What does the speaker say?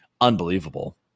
unbelievable